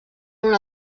una